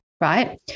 Right